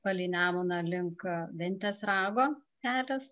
palei nemuną link ventės rago kelias